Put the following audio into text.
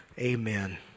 Amen